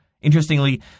Interestingly